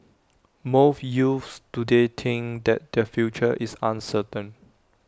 most youths today think that their future is uncertain